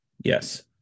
Yes